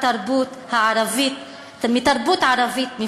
מתרבות ערבית מפוארת.